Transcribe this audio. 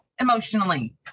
emotionally